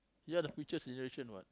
you are the future generation what